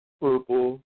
purple